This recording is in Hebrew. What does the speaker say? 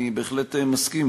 אני בהחלט מסכים,